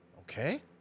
Okay